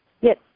Yes